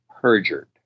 perjured